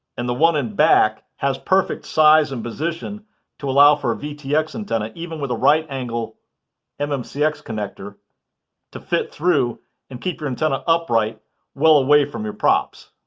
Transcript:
and the one in back has perfect size and position to allow for a vtx antenna even with a right angle and mmcx connector to fit through and keep your antenna upright well away from your props.